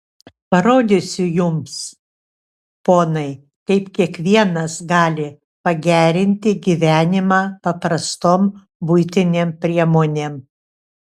parodysiu jums ponai kaip kiekvienas gali pagerinti gyvenimą paprastom buitinėm priemonėm